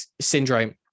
syndrome